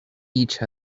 each